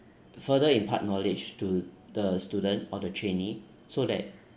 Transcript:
further impart knowledge to the student or the trainee so that